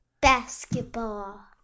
Basketball